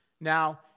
Now